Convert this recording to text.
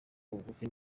bugufi